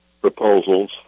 proposals